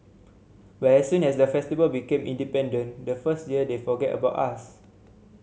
but as soon as the Festival became independent the first year they forgot about us